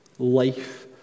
Life